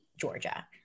Georgia